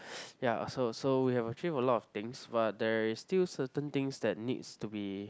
yeah so so we have achieved a lot of things but there is still certain things that needs to be